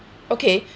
okay